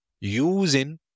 using